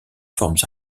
formes